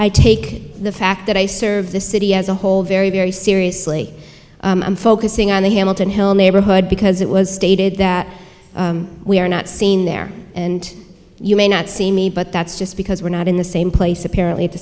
i take the fact that i serve the city as a whole very very seriously focusing on the hamilton hill neighborhood because it was stated that we are not seen there and you may not see me but that's just because we're not in the same place apparently at the